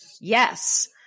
Yes